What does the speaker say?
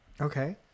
Okay